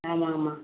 ஆமாங்க அம்மா